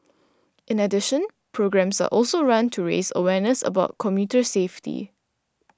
in addition programmes are also run to raise awareness about commuter safety